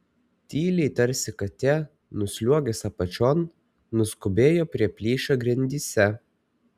tyliai tarsi katė nusliuogęs apačion nuskubėjo prie plyšio grindyse